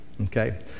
okay